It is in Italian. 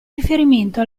riferimento